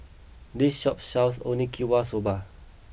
this shop sells Soba